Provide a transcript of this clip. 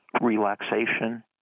Relaxation